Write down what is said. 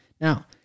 Now